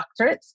doctorates